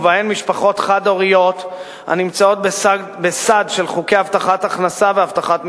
ובהן משפחות חד-הוריות הנמצאות בסד של חוקי הבטחת הכנסה והבטחת מזונות.